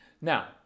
Now